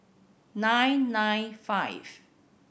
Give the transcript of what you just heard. nine nine five